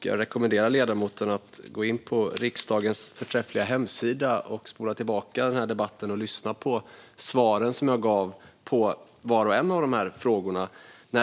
Jag rekommenderar ledamoten att gå in på riksdagens förträffliga hemsida och spola tillbaka debatten och lyssna på de svar som jag gav på var och en av frågorna.